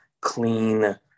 clean